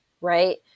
Right